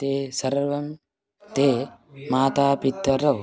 ते सर्वं ते मातापितरौ